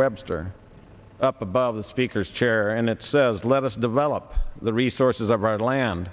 webster up above the speaker's chair and it says let us develop the resources of our land